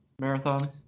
Marathon